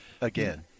Again